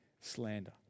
slander